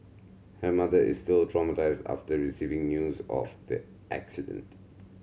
her mother is still traumatised after receiving news of the accident